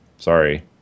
sorry